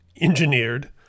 engineered